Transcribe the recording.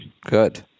Good